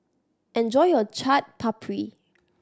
enjoy your Chaat Papri